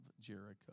Jericho